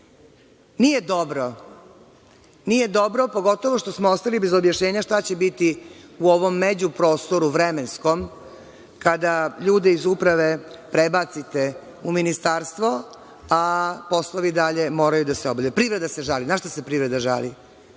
Nije dobro, pogotovo što smo ostali bez objašnjenja šta će biti u ovom međuprostoru vremenskom, kada ljude iz uprave prebacite u ministarstvo, a poslovi dalje moraju da se obavljaju. Privreda se žali. Na šta se privreda žali?